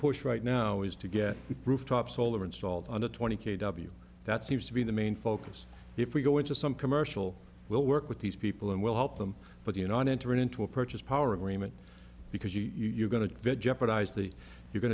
push right now is to get rooftop solar installed on the twenty k w that seems to be the main focus if we go into some commercial we'll work with these people and we'll help them but you know enter into a purchase power agreement because you're going to bid jeopardize the you're going